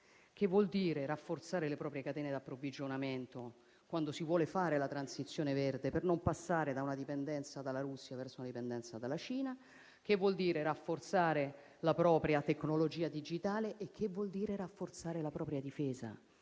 che vuol dire rafforzare le proprie catene di approvvigionamento, quando si vuole fare la transizione verde, per non passare da una dipendenza dalla Russia a una dalla Cina, e vuol dire rafforzare la propria tecnologia digitale e la propria difesa.